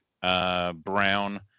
Brown